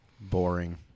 Boring